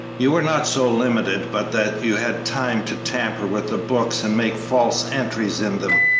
you were not so limited but that you had time to tamper with the books and make false entries in them,